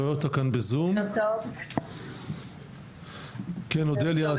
כן, אודליה.